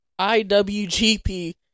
IWGP